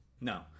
No